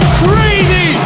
crazy